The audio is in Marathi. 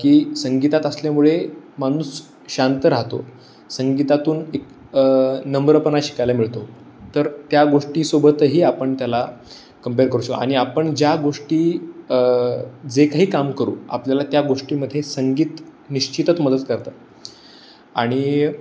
की संगीतात असल्यामुळे माणूस शांत राहतो संगीतातून एक नम्रपणा शिकायला मिळतो तर त्या गोष्टीसोबतही आपण त्याला कंपेयर करू शकतो आणि आपण ज्या गोष्टी जे काही काम करू आपल्याला त्या गोष्टीमध्ये संगीत निश्चितच मदत करतं आणि